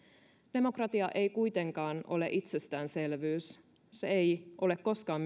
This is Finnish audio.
demokratia ei kuitenkaan ole itsestäänselvyys se ei myöskään koskaan